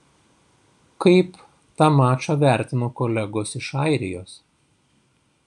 kaip tą mačą vertino kolegos iš airijos